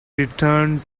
returned